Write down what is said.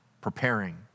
preparing